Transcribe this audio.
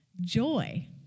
joy